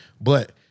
but-